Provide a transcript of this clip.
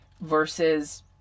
versus